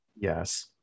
Yes